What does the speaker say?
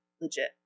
legit